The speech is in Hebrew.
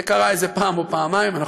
זה קרה איזו פעם או פעמיים,